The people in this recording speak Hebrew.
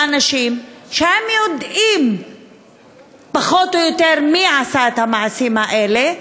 לאנשים שהם יודעים פחות או יותר מי עשה את המעשים האלה,